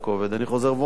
אני חוזר ואומר,